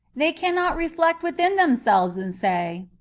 they cannot reflect witha n themselves and say,